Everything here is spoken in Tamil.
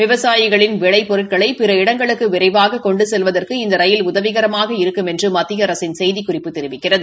விவசாயிகளின் விளைப்பொருட்களை பிற இடங்களுக்கு விரைவாக கொண்டு செல்வதற்கு இந்த ரயில் உதவிகரமாக இருக்கும் என்று மத்திய அரசின் செய்திக்குறிப்பு தெரிவிக்கிறது